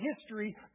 history